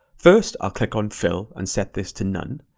first, i'll click on fill and set this to none.